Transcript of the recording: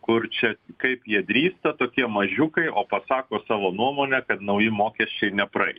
kur čia kaip jie drįsta tokie mažiukai o pasako savo nuomonę kad nauji mokesčiai nepraei